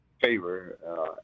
favor